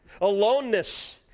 aloneness